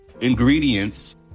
ingredients